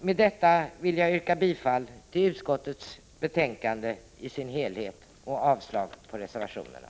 Med detta vill jag yrka bifall till utskottets hemställan i dess helhet och avslag på reservationerna.